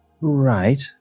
Right